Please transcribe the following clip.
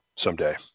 someday